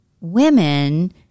women